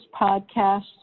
podcast